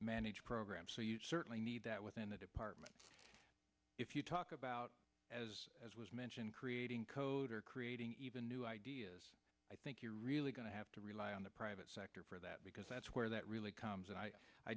manage programs so you certainly need that within the department if you talk about as as was mentioned creating code or creating even new ideas i think you're really going to have to rely on the private sector for that because that's where that really comes and i